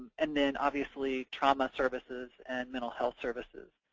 and then obviously trauma services and mental health services.